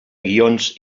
guions